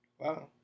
wow